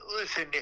listen